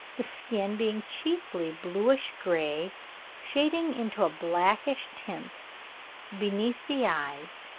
the skin being chiefly bluish-grey, shading into a blackish tint beneath the eyes,